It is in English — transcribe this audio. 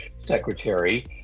Secretary